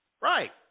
Right